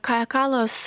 kaja kallas